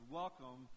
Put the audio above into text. welcome